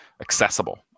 accessible